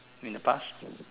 in the past